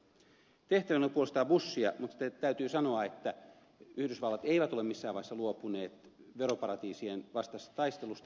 tehtäväni ei ole puolustaa bushia mutta täytyy sanoa että yhdysvallat ei ole missään vaiheessa luopunut veroparatiisien vastaisesta taistelusta